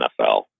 NFL